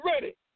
ready